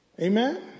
Amen